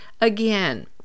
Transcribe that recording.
again